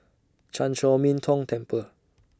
Chan Chor Min Tong Temple